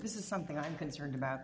this is something i'm concerned about